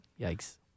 Yikes